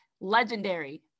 Legendary